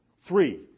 Three